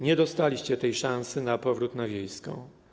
Nie dostaliście tej szansy na powrót na Wiejską.